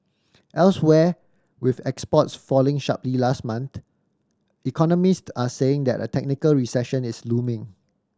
elsewhere with exports falling sharply last month economist are saying that a technical recession is looming